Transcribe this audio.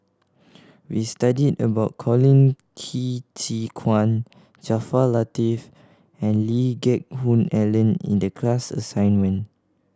we studied about Colin Qi Zhe Quan Jaafar Latiff and Lee Geck Hoon Ellen in the class assignment